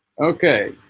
okay